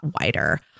wider